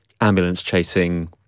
ambulance-chasing